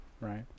Right